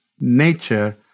nature